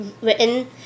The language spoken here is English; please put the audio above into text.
written